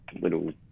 little